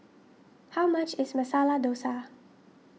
how much is Masala Dosa